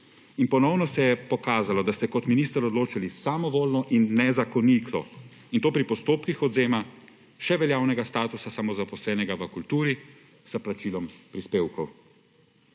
Ponovno se je pokazalo, da ste kot minister odločali samovoljno in nezakonito, in to pri postopkih odvzema še veljavnega statusa samozaposlenega v kulturi s plačilom prispevkov.